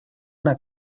una